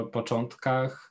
początkach